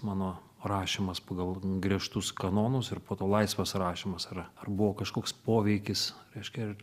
mano rašymas pagal griežtus kanonus ir po to laisvas rašymas ar ar buvo kažkoks poveikis reiškia ar